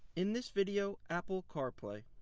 in this video, apple carplay.